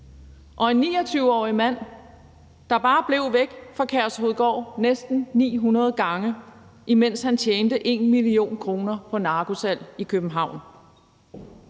Og en 29-årig mand blev bare væk fra Kærshovedgård næsten 900 gange, mens han tjente 1 mio. kr. på narkosalg i København.